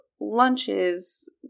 lunches